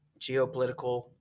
geopolitical